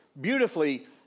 beautifully